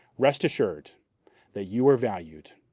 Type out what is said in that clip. rest assured that you are valued,